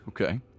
Okay